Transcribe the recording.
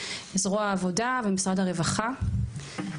זרוע העבודה ומשרד הרווחה,